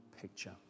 picture